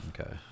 Okay